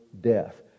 death